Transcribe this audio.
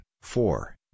Four